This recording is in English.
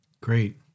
Great